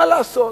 מה לעשות,